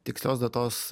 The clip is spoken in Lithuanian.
tikslios datos